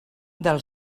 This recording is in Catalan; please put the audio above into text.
del